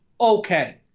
okay